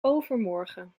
overmorgen